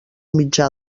mitjà